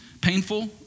painful